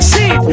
See